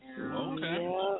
Okay